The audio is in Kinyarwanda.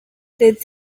leta